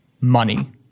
money